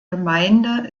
gemeinde